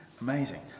amazing